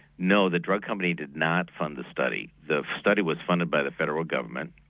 no the drug company did not fund the study, the study was funded by the federal government.